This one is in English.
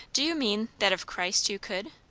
do you mean, that of christ you could?